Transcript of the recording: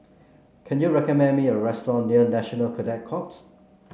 can you recommend me a restaurant near National Cadet Corps